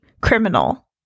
criminal